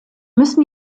müssen